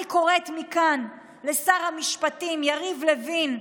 אני קוראת מכאן לשר המשפטים יריב לוין,